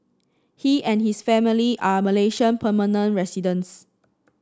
he and his family are Malaysian permanent residents